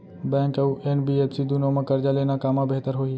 Bank अऊ NBFC दूनो मा करजा लेना कामा बेहतर होही?